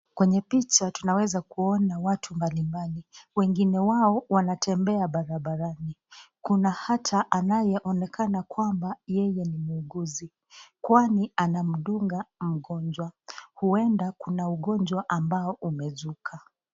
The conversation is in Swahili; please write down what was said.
Kwenye picha tunaweza kuona watu mbali mbali. Wengine wao wanatembea barabarani. Kuna hata anayeonekana kwamba yeye ni muuguzi, kwani anamdunga mgonjwa. Huenda kuna ugonjwa ambao umezuka.